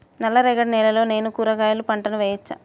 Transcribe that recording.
నల్ల రేగడి నేలలో నేను కూరగాయల పంటను వేయచ్చా?